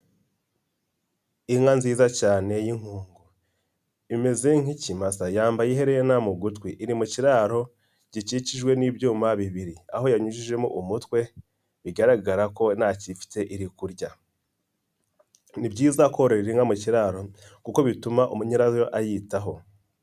Inka nziza cyane y'inkungu imeze nk'ikimasa yambaye iherena mu gutwi iri mu kiraro gikikijwe n'ibyuma bibiri aho yanyujijemo umutwe bigaragara ko ntakifite iri kurya, ni byiza kororera inka mu kiraro kuko bituma umunyirayo ayitaho.